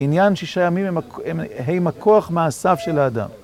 עניין שישיימים עם הכוח מהסף של האדם.